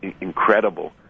incredible